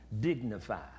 dignified